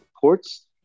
Ports